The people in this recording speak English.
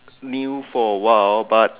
new for a while but